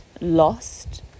lost